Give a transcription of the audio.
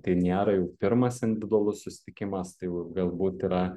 tai nėra jau pirmas individualus susitikimas tai jau galbūt yra